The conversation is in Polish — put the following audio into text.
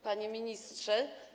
Panie Ministrze!